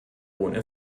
ohne